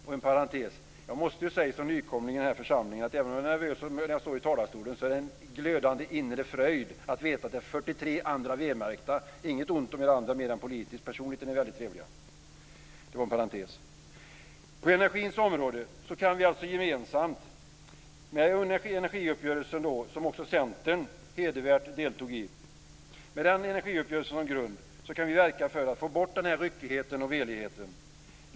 Inom parentes måste jag som nykomling i denna församling säga att även om jag är nervös när jag står i talarstolen är det en glödande inre fröjd att veta att det finns 43 andra v-märkta - inget ont om de andra mer än politiskt, personligt är de väldigt trevliga. På energins område kan vi alltså gemensamt med energiuppgörelsen, som också Centern hedervärt deltog i, som grund verka för att få bort ryckigheten och veligheten.